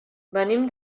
venim